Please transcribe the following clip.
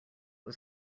was